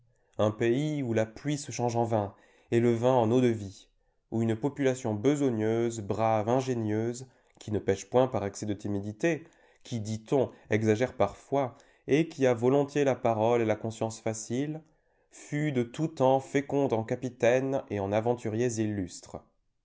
un pays où la pluie se change en vin et le vin en eau-de-vie où une population besogneuse brave ingénieuse qui ne pèche point par excès de timidité qui diton exagère parfois et qui a volontiers la parole et la conscience faciles fut de tout temps féconde en capitaines et en aventuriers illustres